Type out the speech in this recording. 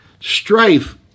strife